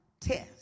test